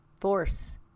force